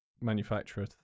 manufacturer